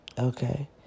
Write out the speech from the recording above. Okay